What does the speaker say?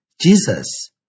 Jesus